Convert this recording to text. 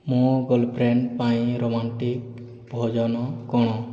ମୋ ଗାର୍ଲଫ୍ରେଣ୍ଡ ପାଇଁ ରୋମାଣ୍ଟିକ୍ ଭୋଜନ କ'ଣ